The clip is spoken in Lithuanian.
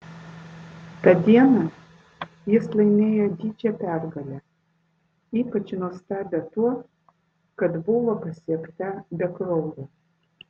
tą dieną jis laimėjo didžią pergalę ypač nuostabią tuo kad buvo pasiekta be kraujo